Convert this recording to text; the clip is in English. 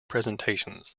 presentations